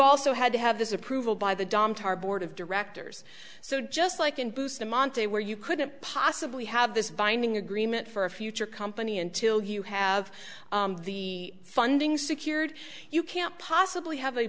also had to have this approval by the dom tarr board of directors so just like in bustamante where you couldn't possibly have this binding agreement for a future company until you have the funding secured you can't possibly have a